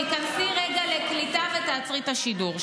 תיכנסי רגע לקליטה ותעצרי את השידור.